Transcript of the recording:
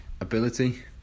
ability